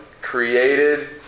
created